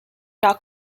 dot